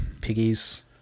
Piggies